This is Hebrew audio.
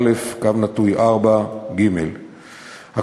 הקבע ס"א/4(ג)",